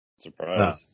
Surprise